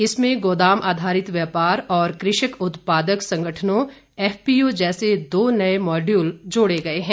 इसमें गोदाम आधारित व्यापार और कृषक उत्पादक संगठनों एफपीओ जैसे दो नये मॉड्यूल जोड़े गये हैं